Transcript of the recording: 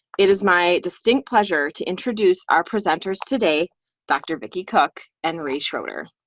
it is my distinct pleasure to introduce our presenters today dr. vickie cook and ray schroeder.